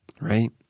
right